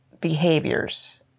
behaviors